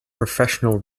professional